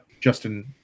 Justin